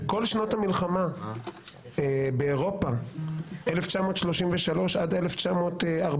בכל שנות המלחמה באירופה, 1933 עד 1945,